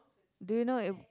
do you know if